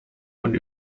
und